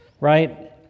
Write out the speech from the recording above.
right